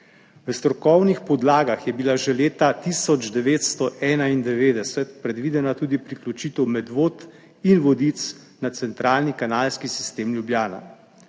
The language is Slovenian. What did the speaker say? V strokovnih podlagah je bila že leta 1991 predvidena tudi priključitev Medvod in Vodic na centralni kanalski sistem Ljubljana.